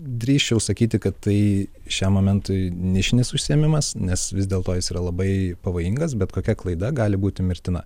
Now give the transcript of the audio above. drįsčiau sakyti kad tai šiam momentui nišinis užsiėmimas nes vis dėl to jis yra labai pavojingas bet kokia klaida gali būti mirtina